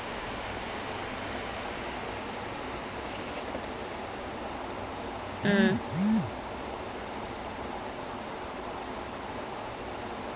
oh but like but if you teleporting right but you will need to have been to a place before though you can't just teleport everywhere